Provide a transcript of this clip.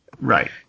right